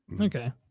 Okay